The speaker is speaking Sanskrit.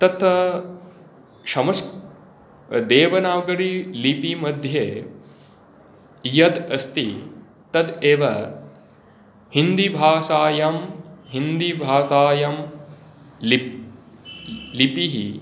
तत्तु समश् देवनागरीलिपिमध्ये यद् अस्ति तद् एव हिन्दीभाषायां हिन्दीभाषायं लिप् लिपिः